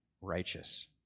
righteous